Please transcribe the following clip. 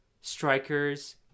strikers